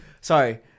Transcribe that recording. Sorry